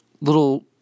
little